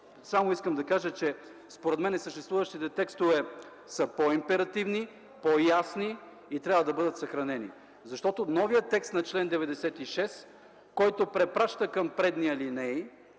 само искам да кажа, че според мен съществуващите текстове са по-императивни, по-ясни и трябва да бъдат съхранени. Защото новият текст на чл. 96, който препраща към предни алинеи